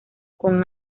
con